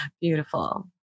Beautiful